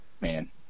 man